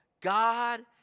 God